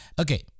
okay